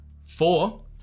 four